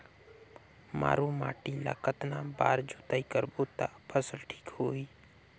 मारू माटी ला कतना बार जुताई करबो ता फसल ठीक होती?